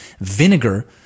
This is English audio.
vinegar